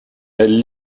elles